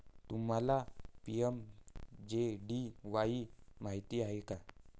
तुम्हाला पी.एम.जे.डी.वाई माहित आहे का?